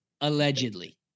allegedly